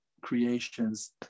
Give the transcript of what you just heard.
Creations